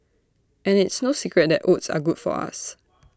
and it's no secret that oats are good for us